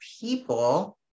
people